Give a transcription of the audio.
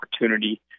opportunity